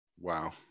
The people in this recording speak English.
Wow